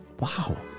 wow